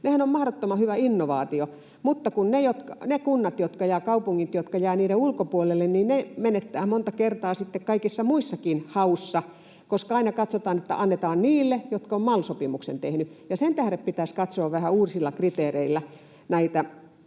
nehän olivat mahdottoman hyvä innovaatio, mutta ne kunnat ja kaupungit, jotka jäävät niiden ulkopuolelle, menettävät monta kertaa kaikissa muissakin hauissa, koska aina katsotaan, että annetaan niille, jotka ovat MAL-sopimuksen tehneet. Sen tähden pitäisi katsoa näitä vähän uusilla kriteereillä. Minä